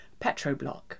PetroBlock